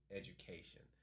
education